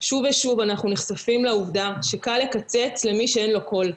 שוב ושוב אנחנו נחשפים לעובדה שקל לקצץ למי שאין לו קול,